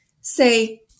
say